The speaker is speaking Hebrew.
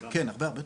למחצית,